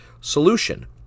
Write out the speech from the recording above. solution